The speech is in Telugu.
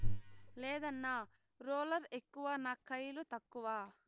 లేదన్నా, రోలర్ ఎక్కువ నా కయిలు తక్కువ